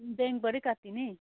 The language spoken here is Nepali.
ब्याङ्कबाटै काटिने